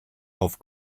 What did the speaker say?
auf